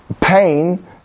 pain